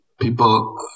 People